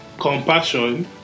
compassion